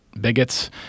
bigots